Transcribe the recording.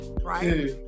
right